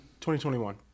2021